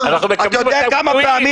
--- אתה יודע כמה פעמים